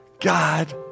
God